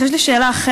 אך יש לי שאלה אחרת.